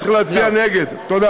תודה.